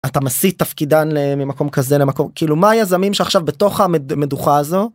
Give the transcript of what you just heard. אתה משיא תפקידן למקום כזה למקום כאילו מה יזמים שעכשיו בתוך המדוכה הזו.